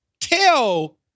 tell